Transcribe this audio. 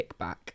kickback